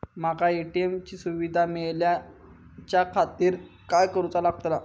माका ए.टी.एम ची सुविधा मेलाच्याखातिर काय करूचा लागतला?